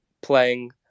playing